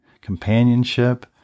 Companionship